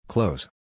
Close